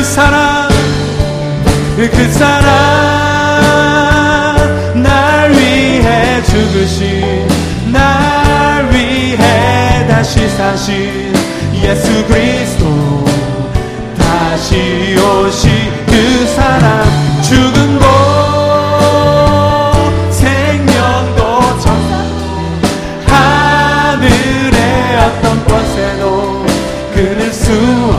그 사랑, 그 사랑, 날 위해 죽으신, 날 위해 다시 사신 예수 그리스도. 다시 오실 그 사랑. 죽음도 생명도 천사도 하늘의 어떤 권세도 끊을 수